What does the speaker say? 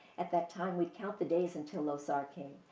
at that time, we'd count the days until losar came,